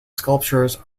sculptures